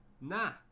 Nah